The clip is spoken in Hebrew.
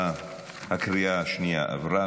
הקריאה השנייה עברה.